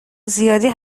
زیادی